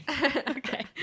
Okay